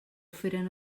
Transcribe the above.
feren